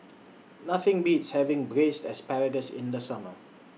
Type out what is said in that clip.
Nothing Beats having Braised Asparagus in The Summer